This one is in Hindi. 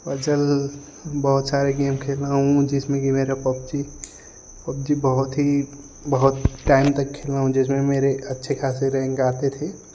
बहुत सारे गेम खेला हूँ जिसमें कि मेरा पबज़ी पबज़ी बहुत ही बहुत टाइम तक खेला हूँ जिसमें मेरी अच्छी खासी रैन्क आती थी